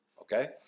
Okay